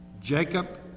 Jacob